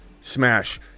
smash